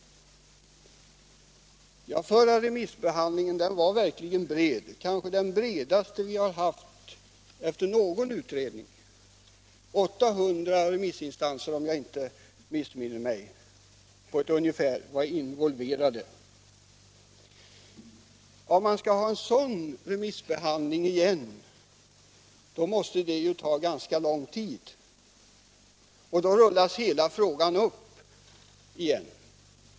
Förra remissbehandlingen var verkligen bred, kanske den bredaste vi har haft efter någon utredning. Om jag inte missminner mig var ungefär 800 remissinstanser involverade. Om man skall ha en sådan remissbehandling igen måste det ta ganska lång tid. Då rullas hela frågan upp igen.